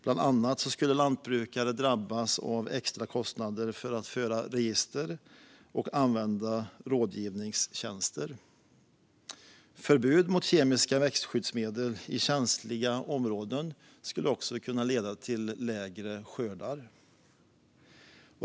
Bland annat skulle lantbrukare drabbas av extra kostnader för att föra register och använda rådgivningstjänster. Förbud mot kemiska växtskyddsmedel i känsliga områden skulle också kunna leda till mindre skördar.